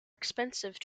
expensive